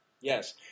yes